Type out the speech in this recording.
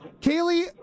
Kaylee